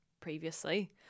previously